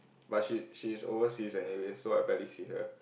but she she is overseas anyways so I barely see her